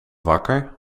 wakker